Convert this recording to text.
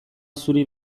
zuri